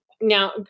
now